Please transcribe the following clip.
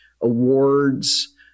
awards